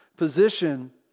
Position